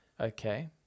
Okay